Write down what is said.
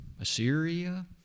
Assyria